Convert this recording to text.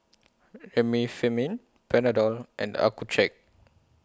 Remifemin Panadol and Accucheck